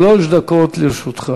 שלוש דקות לרשותך.